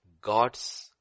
God's